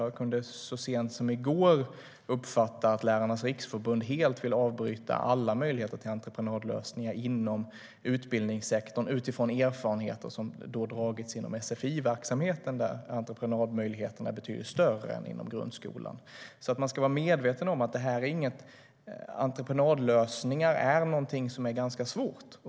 Jag kunde så sent som i går uppfatta att Lärarnas Riksförbund helt vill avbryta alla möjligheter till entreprenadlösningar inom utbildningssektorn utifrån erfarenheter som har dragits inom sfi-verksamheten där entreprenadmöjligheterna är betydligt större än inom grundskolan. Man ska alltså vara medveten om att entreprenadlösningar är någonting som är ganska svårt.